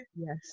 yes